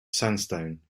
sandstone